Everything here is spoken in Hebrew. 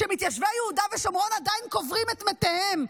כשמתיישבי יהודה ושומרון עדיין קוברים את מתיהם,